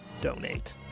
donate